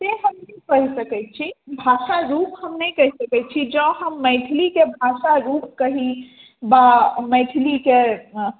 से हम नहि कहि सकैत छी भाषा रूप हम नहि कहि सकैत छी जँ हम मैथिलीके भाषा रूप कही वा मैथिलीकेँ